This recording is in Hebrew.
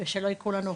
ושלא יקרו לנו,